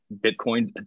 Bitcoin